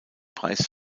preis